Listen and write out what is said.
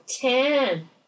Ten